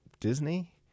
Disney